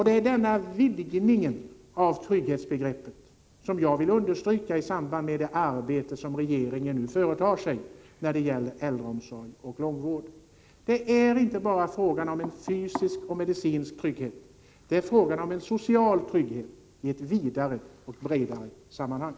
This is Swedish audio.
Det är denna vidgning av trygghetsbegreppet som jag vill understryka i samband med det arbete som regeringen nu företar när det gäller äldreomsorg och långvård. Det är inte bara fråga om en fysisk och medicinsk trygghet, utan det är fråga om en social trygghet i ett vidare och bredare sammanhang.